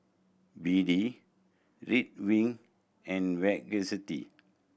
B D Ridwind and Vagisil